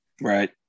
Right